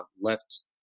left